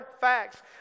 facts